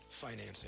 financing